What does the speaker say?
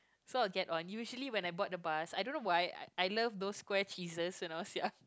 so I'll get on usually when I board the bus I don't know why I I love those square cheeses when I was young